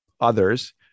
others